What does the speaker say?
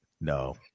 No